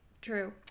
True